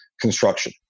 construction